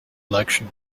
election